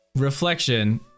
Reflection